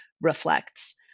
reflects